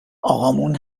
اقامون